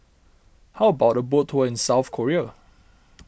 how about a boat tour in South Korea